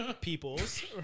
peoples